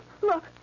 Look